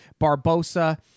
Barbosa